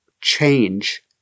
change